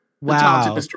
Wow